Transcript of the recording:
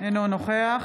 אינו נוכח